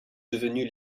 devenu